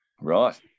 Right